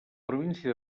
província